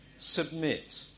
submit